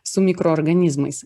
su mikroorganizmais